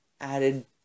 added